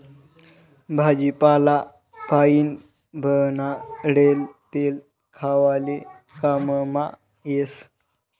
भाजीपाला पाइन बनाडेल तेल खावाले काममा येस